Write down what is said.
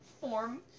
form